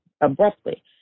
abruptly